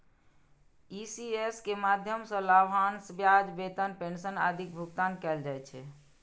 ECS के माध्यम सं लाभांश, ब्याज, वेतन, पेंशन आदिक भुगतान कैल जाइ छै